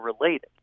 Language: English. related